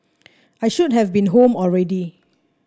I should have been home already